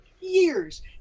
years